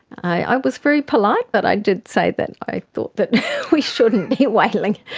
i i was very polite but i did say that i thought that we shouldn't be whaling.